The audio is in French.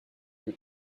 rue